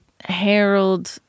Harold